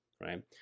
right